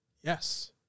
Yes